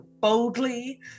boldly